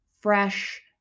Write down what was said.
fresh